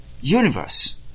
universe